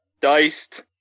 diced